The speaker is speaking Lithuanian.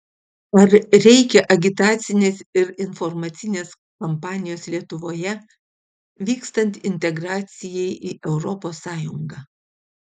ar reikia agitacinės ir informacinės kampanijos lietuvoje vykstant integracijai į europos sąjungą